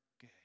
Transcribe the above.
good